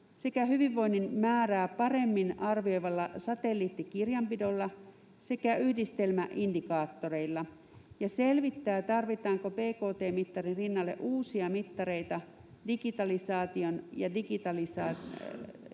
sekä hyvinvoinnin määrää paremmin arvioivalla satelliittitilinpidolla sekä yhdistelmäindikaattoreilla ja selvittää, tarvitaanko bkt-mittarin rinnalle uusia mittareita digitalisaation ja digitaalisen